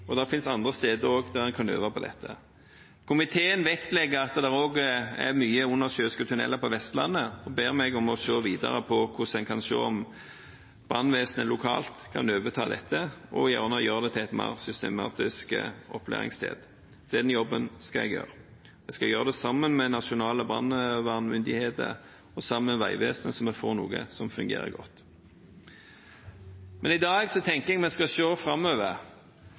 og det finnes også andre steder der en kan øve på dette. Komiteen vektlegger at det også er mange undersjøiske tunneler på Vestlandet og ber meg se videre på om brannvesenet lokalt kan overta dette og gjerne gjøre det til et mer systematisk opplæringssted. Den jobben skal jeg gjøre. Jeg skal gjøre den sammen med nasjonale brannvernmyndigheter og Vegvesenet, slik at vi får noe som fungerer godt. Men i dag tenker jeg at vi skal se framover.